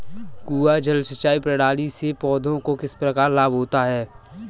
कुआँ जल सिंचाई प्रणाली से पौधों को किस प्रकार लाभ होता है?